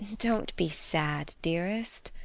don't be sad, dearest.